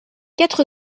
quatre